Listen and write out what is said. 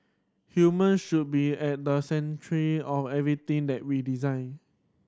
human should be at the century of everything that we design